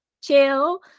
chill